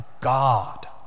God